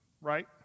right